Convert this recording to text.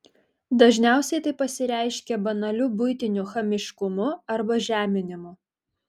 dažniausiai tai pasireiškia banaliu buitiniu chamiškumu arba žeminimu